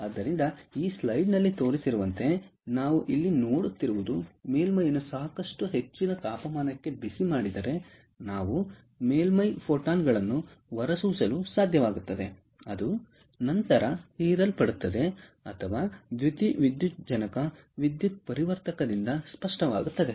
ಆದ್ದರಿಂದ ಈ ಸ್ಲೈಡ್ ನಲ್ಲಿ ತೋರಿಸಿರುವಂತೆ ನಾವು ಇಲ್ಲಿ ನೋಡುತ್ತಿರುವುದು ಮೇಲ್ಮೈಯನ್ನು ಸಾಕಷ್ಟು ಹೆಚ್ಚಿನ ತಾಪಮಾನಕ್ಕೆ ಬಿಸಿಮಾಡಿದರೆ ನಾವು ಮೇಲ್ಮೈ ಫೋಟಾನ್ ಗಳನ್ನು ಹೊರಸೂಸಲು ಸಾಧ್ಯವಾಗುತ್ತದೆ ಅದು ನಂತರ ಹೀರಲ್ಪಡುತ್ತದೆ ಅಥವಾ ದ್ಯುತಿವಿದ್ಯುಜ್ಜನಕ ವಿದ್ಯುತ್ ಪರಿವರ್ತಕದಿಂದ ಸ್ಪಷ್ಟವಾಗುತ್ತದೆ